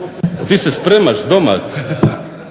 Luka (HDZ)**